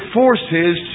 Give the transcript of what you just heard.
forces